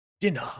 dinner